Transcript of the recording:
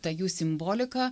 ta jų simbolika